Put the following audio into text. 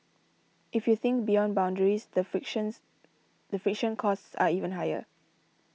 if you think beyond boundaries the frictions the friction costs are even higher